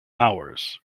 hours